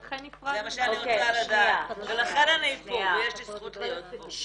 לכן אני פה ויש לי זכות להיות פה.